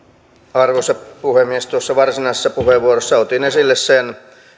arvoisa puhemies tuossa varsinaisessa puheenvuorossa otin esille sen